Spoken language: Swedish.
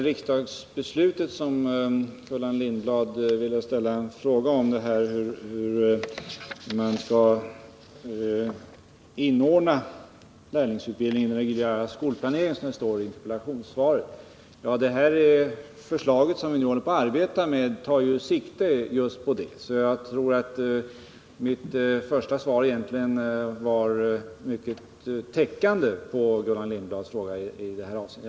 Herr talman! Gullan Lindblad ställde en fråga om riksdagsbeslutet att lärlingsutbildningen skall inordnas i den reguljära skolplaneringen, som det står i interpellationssvaret. Det förslag som vi nu arbetar med tar sikte just på det, så jag tror att mitt första svar egentligen i hög grad täckte Gullan Lindblads fråga i det avseendet.